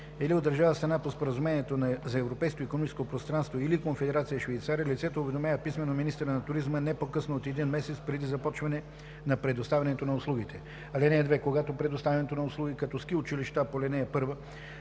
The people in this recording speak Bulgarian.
или от държава – страна по Споразумението за Европейското икономическо пространство, или от Конфедерация Швейцария лицето уведомява писмено министъра на туризма не по късно от един месец преди започването на предоставянето на услугите. (2) Когато предоставянето на услуги като ски училище по ал. 1